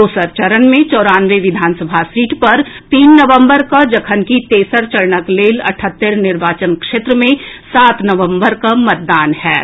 दोसर चरण मे चौरानवे विधानसभा सीट पर तीन नवम्बर कऽ जखनकि तेसर चरणक लेल अठहत्तरि निर्वाचन क्षेत्र मे सात नवम्बर कऽ मतदान होयत